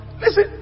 Listen